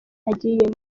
agiyemo